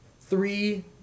three